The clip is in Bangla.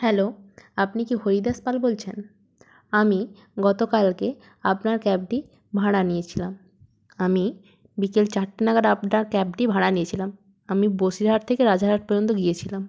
হ্যালো আপনি কি হরিদাস পাল বলছেন আমি গতকালকে আপনার ক্যাবটি ভাড়া নিয়েছিলাম আমি বিকেল চারটে নাগাদ আপনার ক্যাবটি ভাড়া নিয়েছিলাম আমি বসিরহাট থেকে রাজারহাট পর্যন্ত গিয়েছিলাম